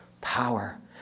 Power